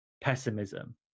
pessimism